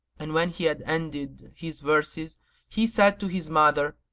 and when he had ended his verses he said to his mother,